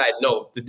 No